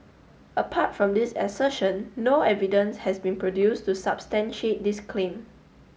apart from this assertion no evidence has been produced to substantiate this claim